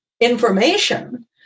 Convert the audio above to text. information